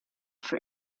for